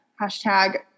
Hashtag